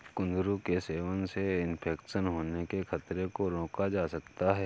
कुंदरू के सेवन से इन्फेक्शन होने के खतरे को रोका जा सकता है